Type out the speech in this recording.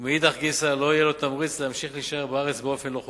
ומאידך גיסא לא יהיה לו תמריץ להמשיך להישאר בארץ באופן לא חוקי.